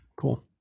Cool